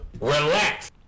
relax